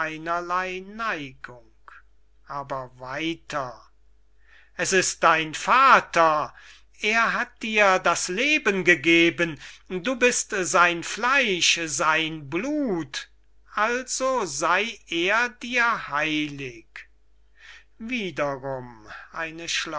aber weiter es ist dein vater er hat dir das leben gegeben du bist sein fleisch sein blut also sey er dir heilig wiederum